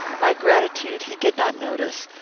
my gratitude he did not notice,